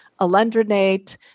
Alendronate